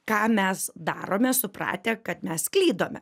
ką mes darome supratę kad mes klydome